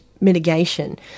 mitigation